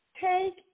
take